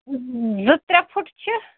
زٕ ترٛےٚ فُٹ چھِ